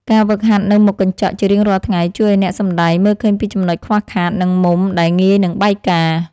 ការហ្វឹកហាត់នៅមុខកញ្ចក់ជារៀងរាល់ថ្ងៃជួយឱ្យអ្នកសម្តែងមើលឃើញពីចំណុចខ្វះខាត និង មុំដែលងាយនឹងបែកការណ៍។